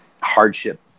hardship